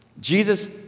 Jesus